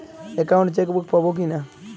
Account chequebook পাবো কি না?